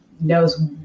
knows